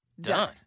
done